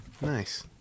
Nice